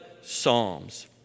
Psalms